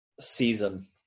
season